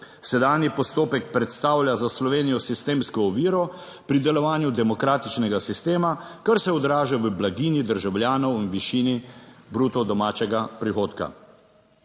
Sedanji postopek predstavlja za Slovenijo sistemsko oviro pri delovanju demokratičnega sistema, kar se odraža v blaginji državljanov v višini bruto domačega prihodka.